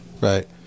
right